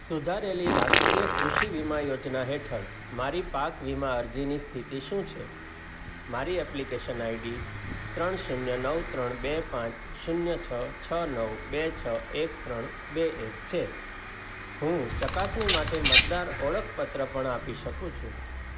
સુધારેલી રાષ્ટ્રીય કૃષિ વીમા યોજના હેઠળ મારી પાક વીમા અરજીની સ્થિતિ શું છે મારી એપ્લિકેશન આઈડી ત્રણ શૂન્ય નવ ત્રણ બે પાંચ શૂન્ય છ છ નવ બે છ એક ત્રણ બે એક છે હું ચકાસણી માટે મતદાર ઓળખપત્ર પણ આપી શકું છું